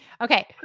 Okay